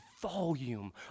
volume